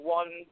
one